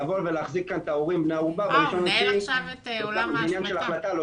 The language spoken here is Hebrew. הוא מנהל עכשיו את עולם ההשבתה.